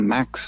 Max